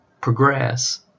progress